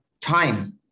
time